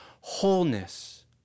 wholeness